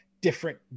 different